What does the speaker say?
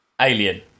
Alien